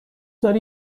داری